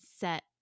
set